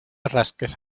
rasques